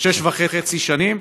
שש וחצי שנים,